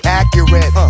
accurate